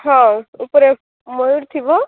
ହଁ ଉପରେ ମୟୂର ଥିବ